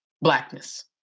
Blackness